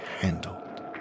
handled